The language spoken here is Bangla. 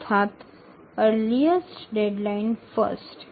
earliest deadline first